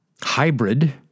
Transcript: hybrid